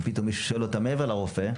ופתאום מישהו שואל אותם מעבר לרופא,